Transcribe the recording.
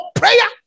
prayer